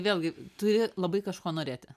vėlgi turi labai kažko norėti